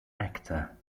actor